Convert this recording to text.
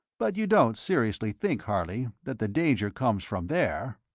but you don't seriously think, harley, that the danger comes from there?